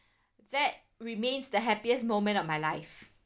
that remains the happiest moment of my life